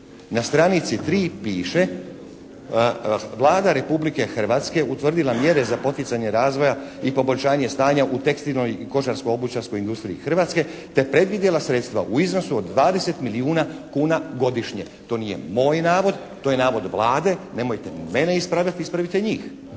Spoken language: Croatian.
Na stranici 3. piše: «Vlada Republike Hrvatske utvrdila mjere za poticanje razvoja i poboljšanje stanja u tekstilnoj i kožarsko-obućarskoj industriji Hrvatske te predvidjela sredstva u iznosu od 20 milijuna kuna godišnje». To nije moj navod. To je navod Vlade. Nemojte mene ispravljati. Ispravite njih.